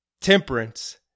temperance